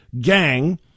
gang